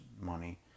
money